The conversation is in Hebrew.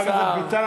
חבר הכנסת ביטן,